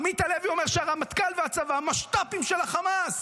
עמית הלוי אומר שהרמטכ"ל והצבא משת"פים של החמאס.